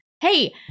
Hey